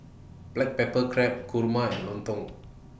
Black Pepper Crab Kurma and Lontong